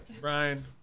Brian